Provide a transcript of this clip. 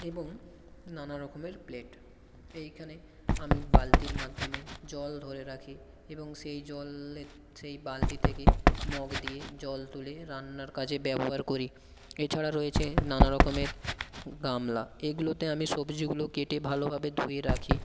এবং নানা রকমের প্লেট এইখানে আমি বালতির মাধ্যমে জল ধরে রাখি এবং সেই জলের সেই বালতি থেকে মগ দিয়ে জল তুলে রান্নার কাজে ব্যবহার করি এছাড়া রয়েছে নানা রকমের গামলা এগুলোতে আমি সবজিগুলো কেটে ভালোভাবে ধুয়ে রাখি